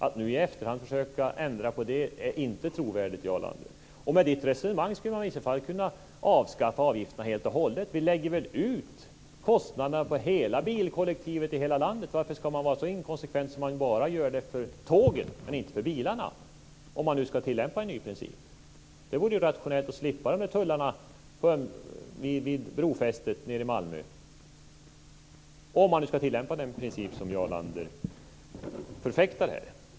Att nu i efterhand försöka ändra på det är inte trovärdigt, Jarl Lander! Med ditt resonemang skulle man kunna avskaffa avgifterna helt och hållet. Vi kan väl lägga ut kostnaderna på hela bilkollektivet i landet. Varför ska man vara så inkonsekvent att man bara gör så för tågen och inte för bilarna, om man nu ska tillämpa en ny princip? Det vore väl skönt att slippa tullarna vid brofästet nere i Malmö? Det skulle man kunna enligt den princip som Jarl Lander förfäktar här.